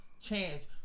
chance